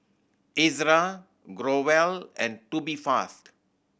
Ezerra Growell and Tubifast